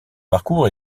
parcours